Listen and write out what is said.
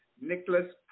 Nicholas